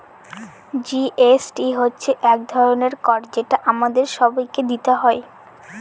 GST হচ্ছে এক ধরনের কর যেটা আমাদের সবাইকে দিতে হয়